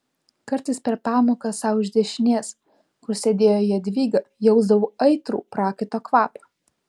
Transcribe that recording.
kartais per pamoką sau iš dešinės kur sėdėjo jadvyga jausdavau aitrų prakaito kvapą